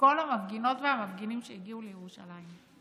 מכל המפגינות והמפגינים שהגיעו לירושלים.